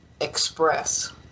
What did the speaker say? express